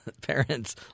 parents